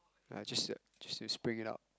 uh just to just to spring it out